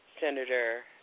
Senator